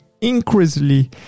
increasingly